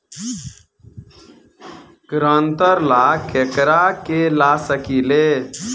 ग्रांतर ला केकरा के ला सकी ले?